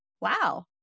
Wow